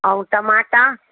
ऐं टमाटा